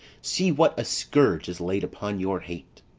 see what a scourge is laid upon your hate,